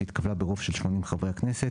שהתקבלה ברוב של שמונים חברי הכנסת,